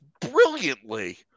brilliantly